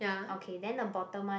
okay then the bottom one